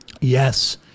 Yes